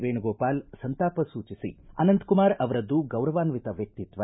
ವೇಣುಗೋಪಾಲ್ ಸಂತಾಪ ಸೂಟಿಸಿ ಅನಂತಕುಮಾರ ಅವರದ್ದು ಗೌರವಾನ್ದಿತ ವ್ಯಕ್ತಿತ್ವ